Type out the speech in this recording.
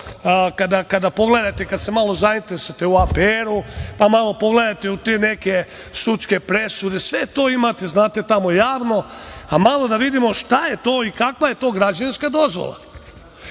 kada pogledate, kad se malo zainteresujete u APR-u, pa malo pogledate u te neke sudske presude, sve to imate, znate, tamo javno, a malo da vidimo šta je to i kakva je to građevinska dozvola. Kakvu